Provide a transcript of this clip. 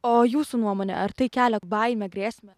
o jūsų nuomone ar tai kelia baimę grėsmę